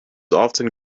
often